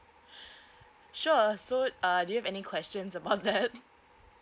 sure so uh do you have any questions about that